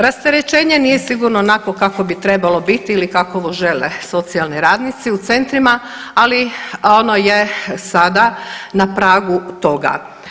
Rasterećenje nije sigurno onako kako bi trebalo biti ili kako žele socijalni radnici u centrima, ali ono je sad na pragu toga.